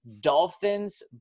dolphins